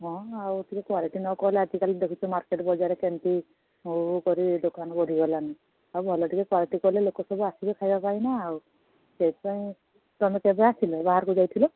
ହଁ ଆଉ ଟିକିଏ କ୍ଵାଲିଟି ନକଲେ ଆଜିକାଲି ଦେଖୁଛ ମାର୍କେଟ୍ ବଜାରରେ କେମିତି ହୁ ହୁ କରି ଦୋକାନ ବଢ଼ିଗଲାଣି ଆଉ ଭଲ ଟିକିଏ କ୍ୱାଲିଟି କଲେ ଲୋକ ସବୁ ଆସିବେ ଖାଇବା ପାଇଁ ନା ଆଉ ସେଥିପାଇଁ ତୁମେ କେବେ ଆସିଲ ବାହାରକୁ ଯାଇଥିଲ